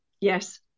Yes